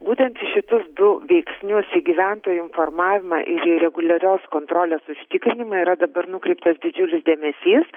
būtent į šitus du veiksnius į gyventojų informavimą ir reguliarios kontrolės užtikrinimą yra dabar nukreiptas didžiulis dėmesys